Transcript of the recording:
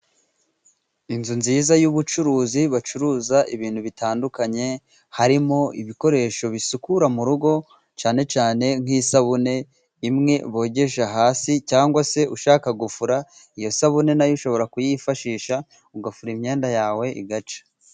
Inzu nziza y'ubucuruzi bacuruza ibintu bitandukanye, harimo ibikoresho bisukura mu rugo cyane cyane nk'isabune, imwe bogesha hasi. Cyangwa se ushaka gufura, iyo sabune nayo ushobora kuyifashisha, ugafura imyenda yawe igacya.